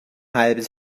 halbes